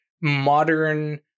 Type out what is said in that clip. modern